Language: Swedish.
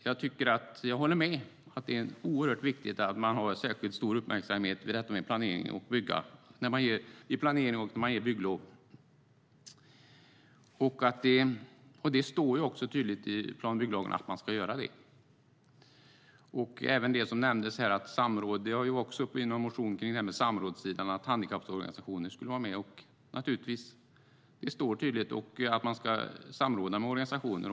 Jag håller med om att det är oerhört viktigt att man har särskilt stor uppmärksamhet på detta vid planering och när man ger bygglov. Det står också tydligt i plan och bygglagen att man ska göra det. I någon motion kring det här med samrådssidan togs det upp att handikapporganisationer skulle vara med. Det står tydligt att man ska samråda med organisationer.